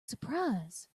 surprise